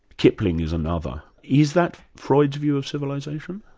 kipling is another. is that freud's view of civilisation?